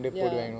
ya